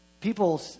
People